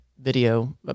video